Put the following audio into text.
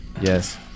Yes